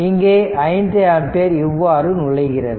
இங்கே 5 ஆம்பியர் இவ்வாறு நுழைகிறது